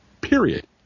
period